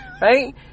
Right